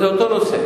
זה אותו נושא.